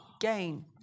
Gain